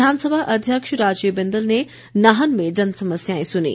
विधानसभा अध्यक्ष राजीव बिंदल ने नाहन में जनसमस्याएं सुनीं